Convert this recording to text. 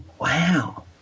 wow